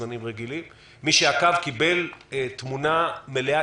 מי שעקב קיבל תמונה מליאה,